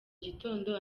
gitondo